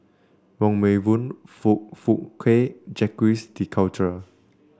Wong Meng Voon Foong Fook Kay Jacques De Coutre